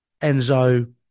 Enzo